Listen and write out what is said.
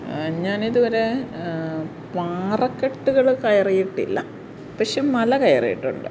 ഞാനിതുവരെ പാറക്കെട്ടുകള് കയറിയിട്ടില്ല പക്ഷേ മല കയറിയിട്ടുണ്ട്